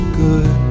good